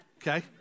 okay